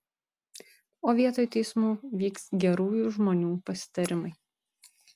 o vietoj teismų vyks gerųjų žmonių pasitarimai